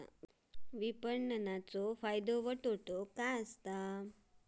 विपणाचो फायदो व तोटो काय आसत?